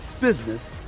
business